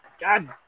God